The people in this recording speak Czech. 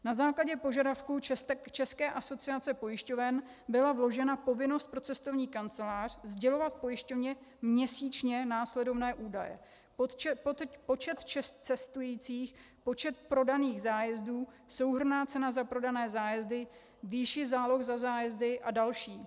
Na základě požadavku České asociace pojišťoven byla vložena povinnost pro cestovní kancelář sdělovat pojišťovně měsíčně následovné údaje: počet cestujících, počet prodaných zájezdů, souhrnná cena za prodané zájezdy, výše záloh za zájezdy a další.